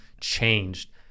changed